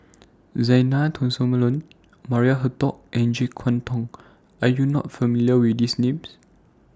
Zena Tessensohn Maria Hertogh and Jek Yeun Thong Are YOU not familiar with These Names